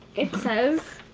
it says.